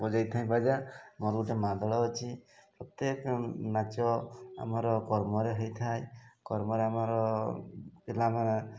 ବଜାଇଥାଏ ବାଜା ମୋର ଗୋଟେ ମାଦଳ ଅଛି ପ୍ରତ୍ୟେକ ନାଚ ଆମର କର୍ମରେ ହୋଇଥାଏ କର୍ମରେ ଆମର ପିଲାମାନେ